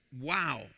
Wow